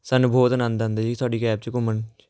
ਸਾਨੂੰ ਬਹੁਤ ਆਨੰਦ ਆਉਂਦਾ ਜੀ ਤੁਹਾਡੀ ਕੈਬ 'ਚ ਘੁੰਮਣ 'ਚ